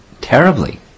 terribly